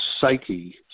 psyche